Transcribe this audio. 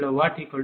6 MW0